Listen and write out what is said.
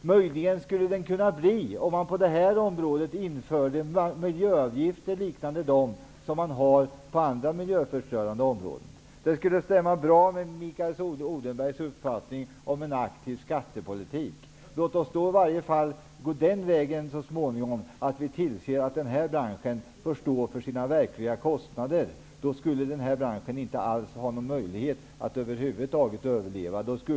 Möjligen skulle den kunna bli det om man på det här området införde miljöavgifter liknande dem som finns på andra miljöförstörande områden. Det skulle stämma bra med Mikael Odenbergs uppfattning om en aktiv skattepolitik. Låt oss då i varje fall gå den vägen så småningom att vi tillser att den här branschen får stå för sina verkliga kostnader! Då skulle den här branschen inte alls ha någon möjlighet att över huvud taget överleva.